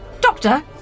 Doctor